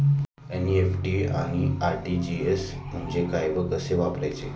NEFT आणि RTGS म्हणजे काय व कसे वापरायचे?